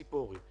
ציפורי,